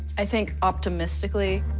i think, optimistically,